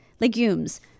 legumes